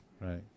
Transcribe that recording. right